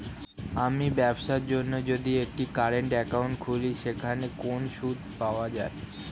আমি ব্যবসার জন্য যদি একটি কারেন্ট একাউন্ট খুলি সেখানে কোনো সুদ পাওয়া যায়?